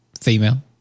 female